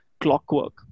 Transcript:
clockwork